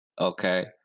okay